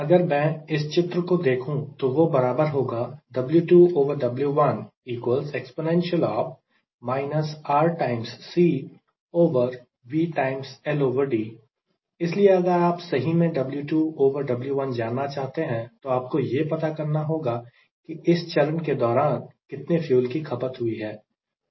अगर मैं इस चित्र को देखूं तो वह बराबर होगा इसलिए अगर आप सही में W2W1 जानना चाहते हैं तो आपको यह पता करना होगा कि इस चरण के दौरान कितने फ्यूल की कितनी खपत हुई है